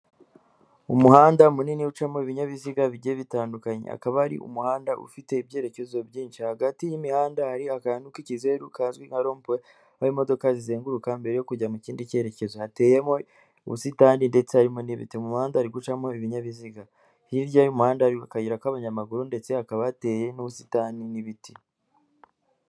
Umuhanda munini ucamo ibinyabiziga bigiye bitandukanye, akaba ari umuhanda ufite ibyerekezo byinshi, hagati y'imihanda hari akantu k'ikizeru kazwi nka ropuwe aho imodoka zizenguruka mbere yo kujya mu kindi cyerekezo hateyemo ubusitani ndetse harimo n'ibiti, mu muhanda ari gucamo ibinyabiziga, hirya y'umuhanda hari akayira k'abanyamaguru ndetse hakaba hateye n'ubusitani n'ibiti.